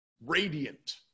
Radiant